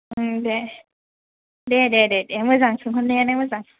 दे दे दे दे मोजां सोंहरनायानो मोजां